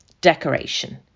decoration